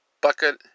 bucket